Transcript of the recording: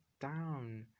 down